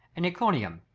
and iconium,